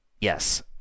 Yes